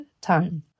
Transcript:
time